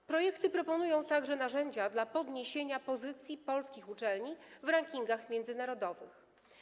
W projektach proponuje się także narzędzia do podniesienia pozycji polskich uczelni w rankingach międzynarodowych.